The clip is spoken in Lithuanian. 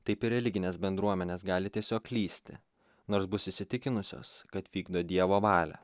taip ir religinės bendruomenės gali tiesiog klysti nors bus įsitikinusios kad vykdo dievo valią